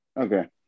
Okay